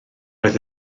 oedd